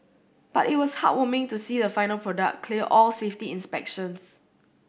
but it was heartwarming to see a final product clear all safety inspections